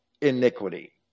iniquity